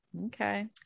Okay